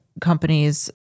companies